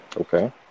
Okay